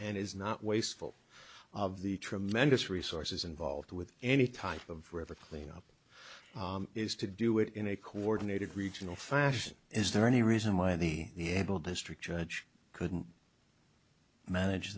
and is not wasteful of the tremendous resources involved with any type of river cleanup is to do it in a coordinated regional fashion is there any reason why the the able district judge couldn't manage